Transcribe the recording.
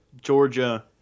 Georgia